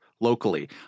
locally